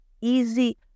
easy